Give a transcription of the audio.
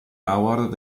award